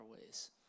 ways